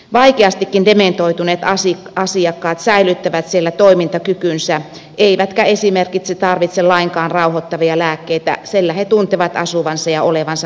vaikeastikin dementoituneet asiakkaat säilyttävät siellä toimintakykynsä eivätkä esimerkiksi tarvitse lainkaan rauhoittavia lääkkeitä sillä he tuntevat asuvansa ja olevansa kotona